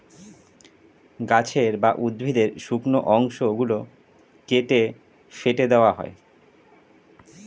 গাছের বা উদ্ভিদের শুকনো অংশ গুলো কেটে ফেটে দেওয়া হয়